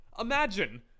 Imagine